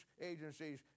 agencies